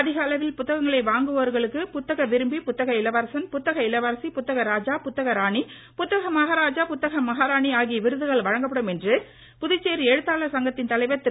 அதிக அளவில் புத்தகங்களை வாங்குவோர்களுக்கு புத்தக விரும்பி புத்தக இளவரசன் புத்தக இளவரசி புத்தக ராஜா புத்தக ராணி புத்தக மகாராஜா புத்தய மகாராணி ஆகிய விருதுகள் வழங்கப்படும் என புதுச்சேரி எழுத்தாளர் சங்கத்தின் தலைவர் திரு